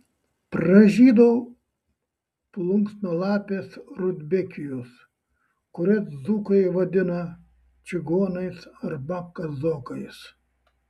pražydo plunksnalapės rudbekijos kurias dzūkai vadina čigonais arba kazokais